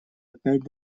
опять